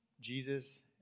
Jesus